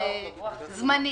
זמני?